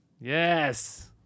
Yes